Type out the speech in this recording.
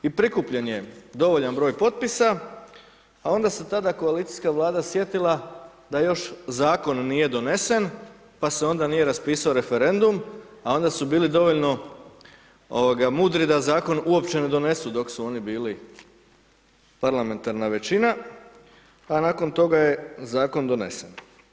I prikupljen je dovoljan broj potpisa, a onda se tada koalicijska Vlada sjetila da još zakon nije donesen pa se onda nije raspisao referendum a onda su bili dovoljno ovoga mudri da zakon uopće ne donesu dok su oni bili parlamentarna većina, a nakon toga je zakon donesen.